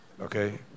okay